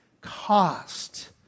cost